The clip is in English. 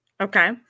Okay